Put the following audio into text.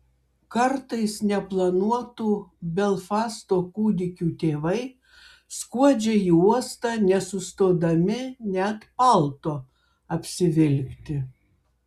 kartais neplanuotų belfasto kūdikių tėvai skuodžia į uostą nesustodami net palto apsivilkti